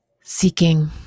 seeking